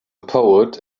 poet